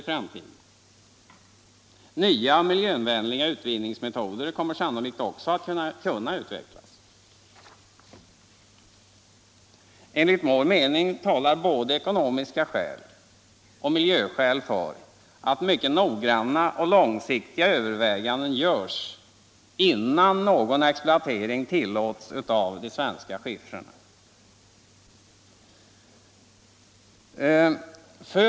Nya och miljövänligare utvinningsmetoder kommer sannolikt också att kunna utvecklas. Enligt vår mening talar både ekonomiska skäl och miljöskäl för att mycket noggranna och långsiktiga överväganden görs innan någon exploatering av de svenska skiffrarna tillåts.